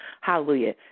Hallelujah